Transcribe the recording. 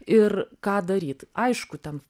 ir ką daryt aišku ten